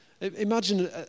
Imagine